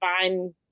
fine